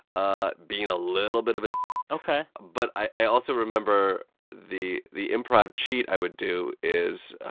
ah being a little bit of a ok but i also remember the the improv cheat i would do is,